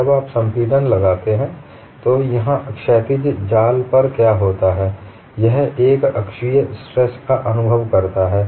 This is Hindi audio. और जब आप संपीड़न लगाते हैं तो यहां क्षैतिज जाल पर क्या होता है यह एकअक्षीय स्ट्रेस का अनुभव करता है